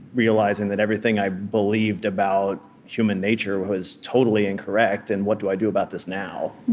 realizing that everything i believed about human nature was totally incorrect, and what do i do about this now?